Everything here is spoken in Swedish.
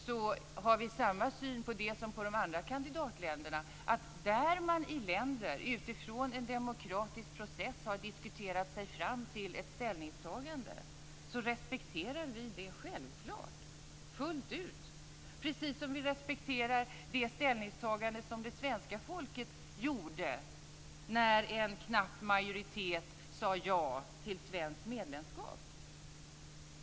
Vi har samma syn på Estland som på de andra kandidatländerna. Har man i länderna utifrån en demokratisk process diskuterat sig fram till ett ställningstagande respekterar vi det självklart fullt ut, precis som vi respekterar det ställningstagande som det svenska folket gjorde när en knapp majoritet sade ja till svenskt medlemskap.